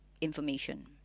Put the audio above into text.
information